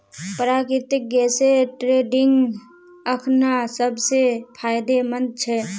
प्राकृतिक गैसेर ट्रेडिंग अखना सब स फायदेमंद छ